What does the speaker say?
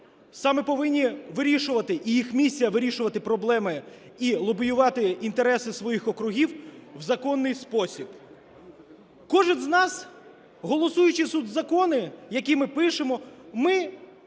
саме повинні вирішувати, і їх місія – вирішувати проблеми і лобіювати інтереси своїх округів в законний спосіб. Кожен з нас, голосуючи тут закони, які ми пишемо, ми